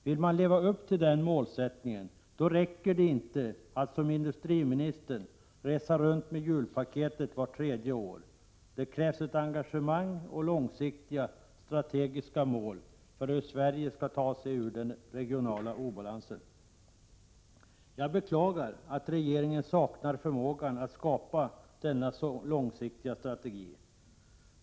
Vill man leva upp till den målsättningen räcker det inte att som industriministern resa runt med julpaketen vart tredje år. Det krävs ett engagemang och långsiktiga, strategiska mål för att Sverige skall kunna ta sig ur den regionala obalansen. Jag beklagar att regeringen saknar förmågan att skapa denna långsiktiga strategi.